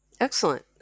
Excellent